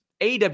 AW